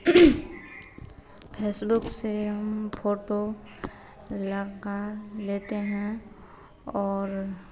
Facebook से हम photo लगा लेते हैं और